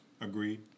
Agreed